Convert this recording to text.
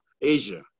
Asia